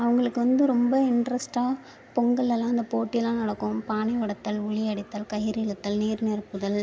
அவுங்களுக்கு வந்து ரொம்ப இன்ட்ரெஸ்டாக பொங்கலெல்லாம் அந்த போட்டியெலாம் நடக்கும் பானை உடைத்தல் உரி அடித்தல் கயிறு இழுத்தல் நீர் நிரப்புதல்